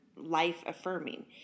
life-affirming